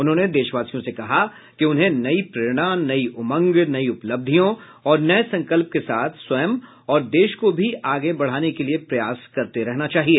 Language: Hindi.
उन्होंने देशवासियों से कहा कि उन्हें नई प्रेरणा नई उमंग नई उपलब्धियों और नए संकल्प के साथ स्वयं और देश को भी आगे बढ़ाने के लिए प्रयास करते रहना चाहिए